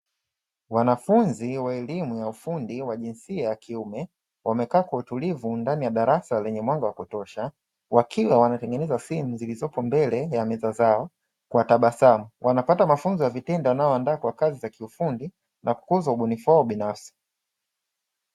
Wanafunzi wa elimu ya ufundi wa jinsia ya kiume, wamekaa kwa utulivu ndani ya darasa linye mwanga wa kutosha, wakiwa wanatengeneza simu zilizopo mbele ya meza yao kwa tabasamu, wanapata mafunzo ya kitendo yanayoandaa kiufundi na kukuza ubunifu wa binafsi.